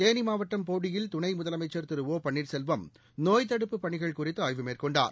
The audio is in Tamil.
தேனி மாவட்டம் போடியில் துணை முதலமைச்ச் திரு ஒ பன்னீர்செல்வம் நோய் தடுப்புப் பணிகள் குறித்து ஆய்வு மேற்கொண்டார்